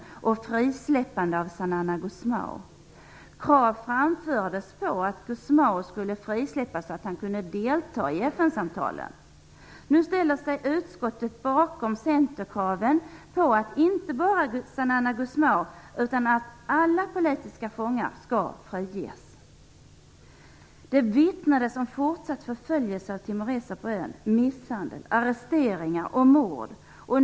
De krävde också ett frisläppande av Zanana Gusmao. Krav framfördes på att Gusmao skulle frisläppas så att han skulle kunna deltaga i FN-samtalen. Nu ställer sig utskottet bakom kraven från Centern på att inte bara Zanana Gusmao utan alla politiska fångar skall friges. Det vittnades om fortsatt förföljelse av timoreser på ön - misshandel, arresteringar och mord.